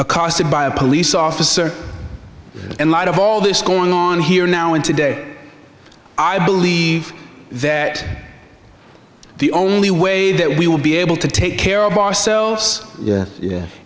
accosted by a police officer in light of all this going on here now and today i believe that the only way that we will be able to take care of ourselves